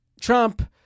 Trump